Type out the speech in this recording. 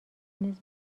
نیز